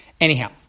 Anyhow